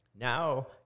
Now